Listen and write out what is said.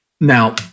Now